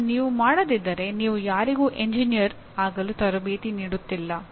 ಇದನ್ನು ನೀವು ಮಾಡದಿದ್ದರೆ ನೀವು ಯಾರಿಗೂ ಎಂಜಿನಿಯರ್ ಆಗಲು ತರಬೇತಿ ನೀಡುತ್ತಿಲ್ಲ